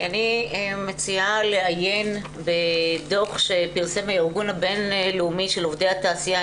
אני מציעה לעיין בדוח שפרסם הארגון הבינלאומי של עובדי התעשייה,